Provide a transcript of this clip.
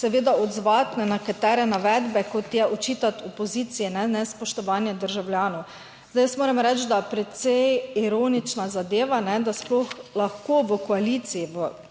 seveda odzvati na nekatere navedbe, kot je očitati opoziciji nespoštovanje državljanov. Zdaj, jaz moram reči, da precej ironična zadeva, da sploh lahko v koaliciji zlasti